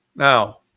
Now